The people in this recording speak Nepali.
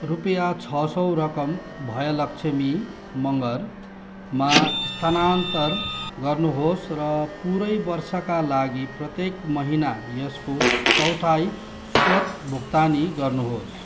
रुपियाँ छ सौ रकम भयलक्ष्मी मगरमा स्थानान्तर गर्नुहोस् र पुरै वर्षका लागि प्रत्येक महिना यसको चौथाइ स्वतः भुक्तानी गर्नुहोस्